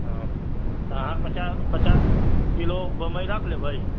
तऽ अहाँ पचास पचास किलो बम्बइ रख लेबै